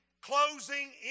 closing